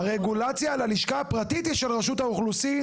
הרגולציה על הלשכה הפרטית היא של רשות האוכלוסין.